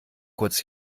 kurz